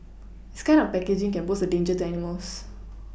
this kind of packaging can pose a danger to animals